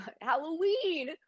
Halloween